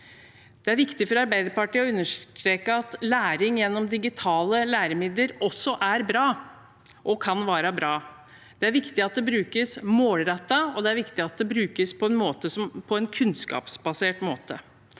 Det er viktig for Arbeiderpartiet å understreke at læring gjennom digitale læremidler også er bra, og kan være bra. Det er viktig at det brukes målrettet, og det er viktig at det brukes på en kunnskapsbasert måte,